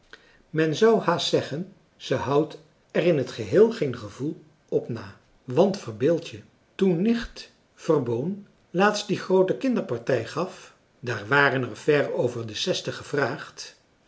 zou haast zeggen ze houdt er in het geheel geen gevoel op na want verbeeld je toen nicht verboon laatst die groote kinderpartij gaf daar waren er ver over de zestig gevraagd